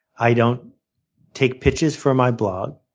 i don't take pictures for my blog,